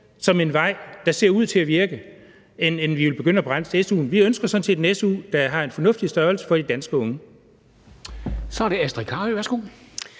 som en vej, der ser ud til at virke, end at vi vil begynde at bremse su'en. Vi ønsker sådan set en su, der har en fornuftig størrelse for de danske unge.